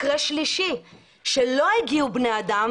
מקרה שלישי - לא הגיעו אנשים.